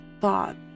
thought